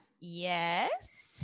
Yes